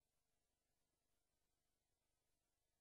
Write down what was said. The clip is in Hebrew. האחרונים,